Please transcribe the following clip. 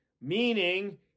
meaning